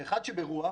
אחד, שברוח